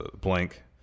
blank